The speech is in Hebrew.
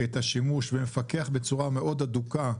ומפקח בצורה מאוד הדוקה,